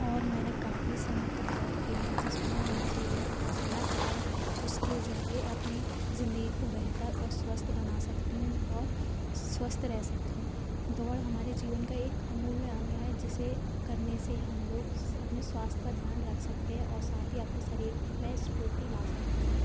और मैंने काफ़ी समय तक दौड़ की है जिसमें मुझे ये पता चला कि मैं उसके ज़रिए अपनी ज़िंदगी को बेहतर और स्वस्थ बना सकती हूँ और स्वस्थ रह सकती हूँ दौड़ हमारे जीवन का एक अमूल्य अंग है जिसे करने से हम लोग अपने स्वास्थ्य का ध्यान रख सकते हैं औ साथ ही अपने शरीर में स्फूर्ती ला सकते हैं